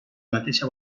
mateixa